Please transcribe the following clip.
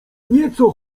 nieco